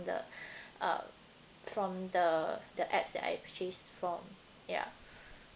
the uh from the the apps that I purchase from ya